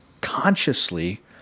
consciously